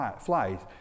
flies